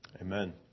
Amen